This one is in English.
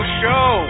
show